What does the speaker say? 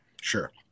Sure